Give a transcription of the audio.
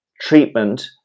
treatment